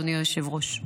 אדוני היושב-ראש.